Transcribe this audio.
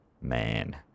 man